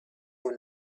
who